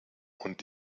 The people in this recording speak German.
und